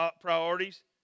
priorities